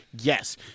Yes